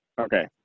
Okay